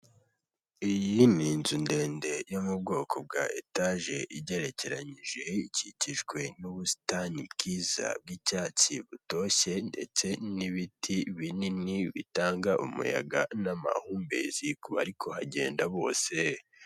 Iyi ni inzu ndende yo mu bwoko bwa etaje igerekeranyije, ikikijwe n'ubusitani bwiza bw'icyatsi butoshye, ndetse n'ibiti binini bitanga umuyaga n'amahumbezi ku bari kuhagenda bose.